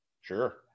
sure